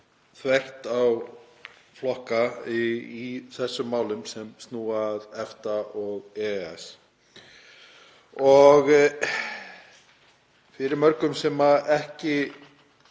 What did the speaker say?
þvert á flokka í þessum málum sem snúa að EFTA og EES. Fyrir marga sem ekki